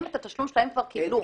הם את התשלום שלהם כבר קיבלו.